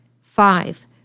Five